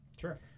Sure